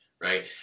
right